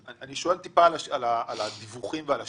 אני שואל טיפה על הדיווחים ועל השקיפות.